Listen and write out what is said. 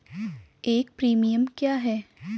एक प्रीमियम क्या है?